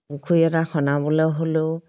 পুখুৰী এটা খনাবলৈ হ'লেও